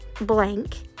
blank